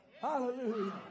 Hallelujah